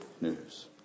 news